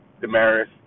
damaris